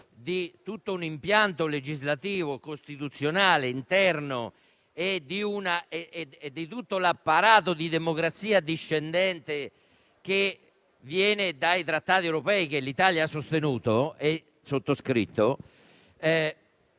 di tutto un impianto legislativo e costituzionale interno e di tutto l'apparato di democrazia discendente, che viene dai trattati europei che l'Italia ha sostenuto e sottoscritto,